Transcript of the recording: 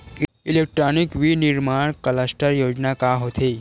Electronic विनीर्माण cluster योजना का होथे?